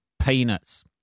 peanuts